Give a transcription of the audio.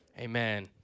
Amen